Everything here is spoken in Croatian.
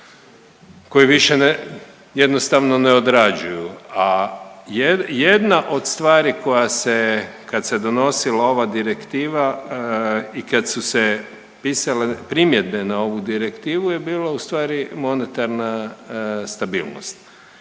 koji više jednostavno ne odrađuju, a jedna od stvari koja kad se donosila ova direktiva i kad su se pisale primjedbe na ovu direktivu je bila u stvari monetarna stabilnost.